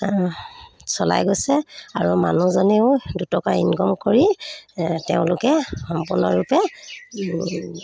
চলাই গৈছে আৰু মানুহজনেও দুটকা ইনকম কৰি তেওঁলোকে সম্পূৰ্ণৰূপে